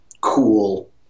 cool